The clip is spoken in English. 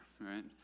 right